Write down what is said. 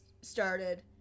started